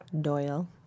Doyle